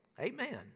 Amen